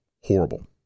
horrible